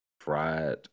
Fried